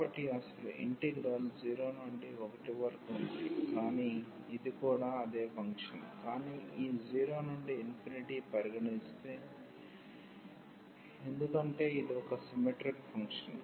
కాబట్టి అసలు ఇంటిగ్రల్ 0 నుండి 1 వరకు ఉంది కానీ ఇది కూడా అదే ఫంక్షన్ కానీ ఈ 0 నుండి పరిగణిస్తే ఎందుకంటే ఇది ఒక సిమ్మెట్రీక్ ఫంక్షన్